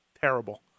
Terrible